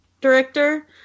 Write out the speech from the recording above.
director